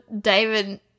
David